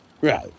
Right